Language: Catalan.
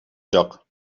joc